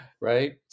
right